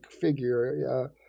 figure